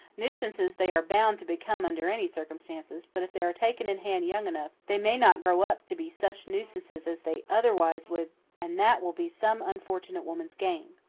nuisances they are bound to become under any circumstances but if they are taken in hand young enough they may not grow up to be such nuisances as they otherwise would and that will be some unfortunate woman's gain.